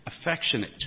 affectionate